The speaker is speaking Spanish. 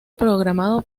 programado